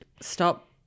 stop